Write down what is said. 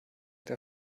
der